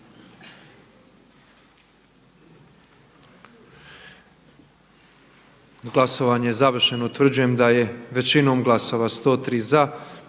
Glasovanje je završeno.